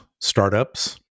startups